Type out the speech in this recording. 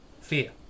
fear